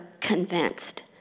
convinced